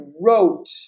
wrote